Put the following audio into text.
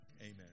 Amen